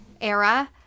era